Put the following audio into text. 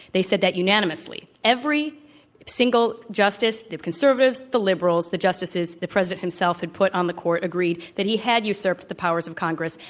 they said that unanimously. every single justice, the conservatives, the liberals, the justices the president himself had put on the court agreed that he had usurped the powers in um congress.